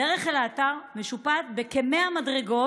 הדרך אל האתר משופעת בכ-100 מדרגות.